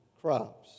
crops